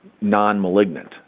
non-malignant